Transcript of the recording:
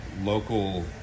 local